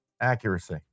accuracy